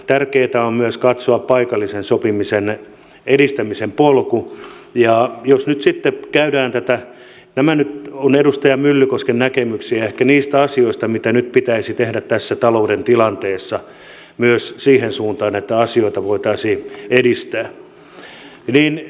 tärkeätä on myös katsoa paikallisen sopimisen edistämisen polku ja jos nyt sitten käydään tätä keskustelua niin nämä nyt ovat edustaja myllykosken näkemyksiä ehkä niistä asioista mitä nyt pitäisi tehdä tässä talouden tilanteessa mihin suuntaan näitä asioita myös voitaisiin edistää